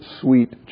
sweet